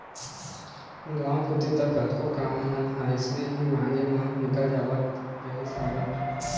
गांव कोती तो कतको काम मन ह अइसने ही मांगे म निकल जावत रहिस हवय